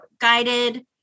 guided